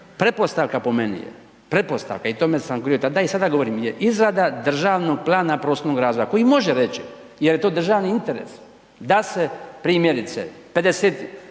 pretpostavka po meni, pretpostavka i o tome sam govorio tada i sada govorim, je izrada državnog plana prostornog razvoja koji može reći jer je to državni interes da se primjerice 50